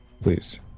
Please